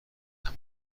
عمل